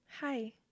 hi